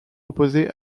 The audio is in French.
opposés